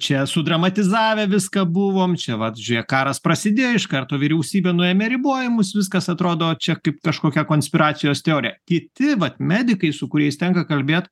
čia sudramatizavę viską buvom čia vat žiūrėk karas prasidėjo iš karto vyriausybė nuėmė ribojimus viskas atrodo čia kaip kažkokia konspiracijos teorija kiti vat medikai su kuriais tenka kalbėt